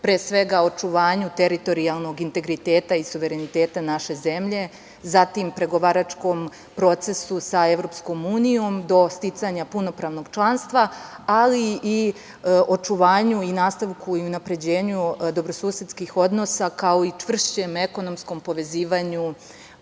pre svega, očuvanju teritorijalnog integriteta i suvereniteta naše zemlje, zatim pregovaračkom procesu sa EU do sticanja punopravnog članstva, ali i očuvanju i nastavku i unapređenju dobrosusedskih odnosa, kao i čvršćem ekonomskom povezivanju